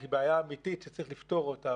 שהיא בעיה אמיתית שצריך לפתור אותה,